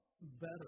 better